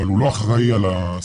אבל הוא לא אחראי על הסייעת.